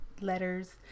Letters